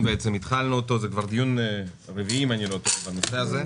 למעט סעיף 46 (חוק התכנון והבנייה) מתוך הצעת חוק התכנית הכלכלית